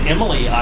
Emily